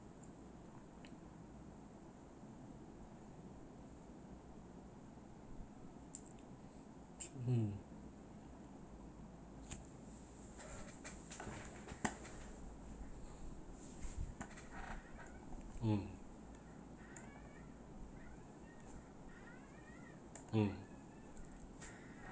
mm mm mm